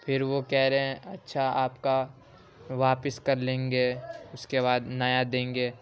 پھر وہ کہہ رہے ہیں اچھا آپ کا واپس کرلیں گے اس کے بعد نیا دیں گے